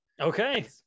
okay